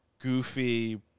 goofy